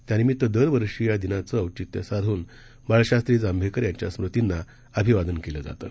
त्यानिमित्त दरवर्षी या दिनाचं औचित्य साधून बाळशास्त्री जांभेकर यांच्या स्मृतींना अभिवादन केलं जातं